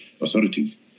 authorities